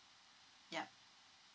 yup